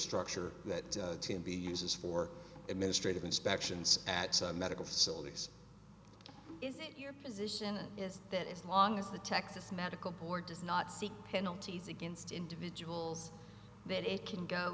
structure that can be uses for administrative inspections at medical facilities is it your position is that as long as the texas medical board does not seek penalties against individuals then it can go